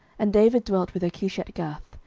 and david dwelt with achish at gath,